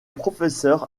professeur